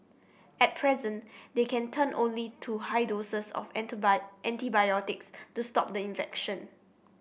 at present they can turn only to high doses of enter buy antibiotics to stop the infection